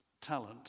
talent